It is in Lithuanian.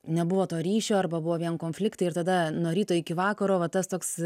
nebuvo to ryšio arba buvo vien konfliktai ir tada nuo ryto iki vakaro va tas toks